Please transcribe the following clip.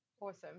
Awesome